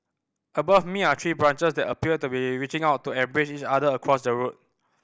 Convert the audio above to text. above me are tree branches that appear to be reaching out to embrace each other across the road